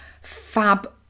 fab